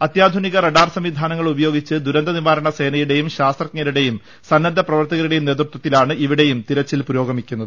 അത്യാധുനിക റഡാർ സംവിധാനങ്ങൾ ഉപയോഗിച്ച് ദുരന്തനിവാ രണ സേനയുടെയും ശാസ്ത്രജ്ഞരുടെയും സന്നദ്ധ പ്രവർത്തകരു ടെയും നേതൃത്വത്തിലാണ് തിരച്ചിൽ പുരോഗമിക്കുന്നത്